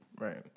right